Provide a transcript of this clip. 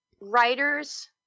Writers